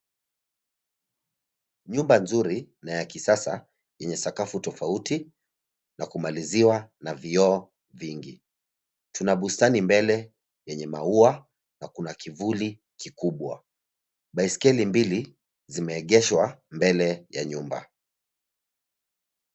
Nyumba nzuri na ya kisasa yenye sakafu tofauti na kumaliziwa na vioo vingi. Tuna bustani mbele yenye maua na kuna kivuli kikubwa. Baiskeli mbili zimeegeshwa mbele ya nyumba.